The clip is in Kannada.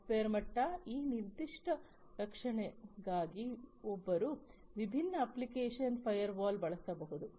ಸಾಫ್ಟ್ವೇರ್ ಮಟ್ಟ ಈ ನಿರ್ದಿಷ್ಟ ರಕ್ಷಣೆಗಾಗಿ ಒಬ್ಬರು ವಿಭಿನ್ನ ಅಪ್ಲಿಕೇಶನ್ ಫೈರ್ವಾಲ್ಗಳನ್ನು ಬಳಸಬಹುದು